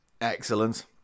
excellent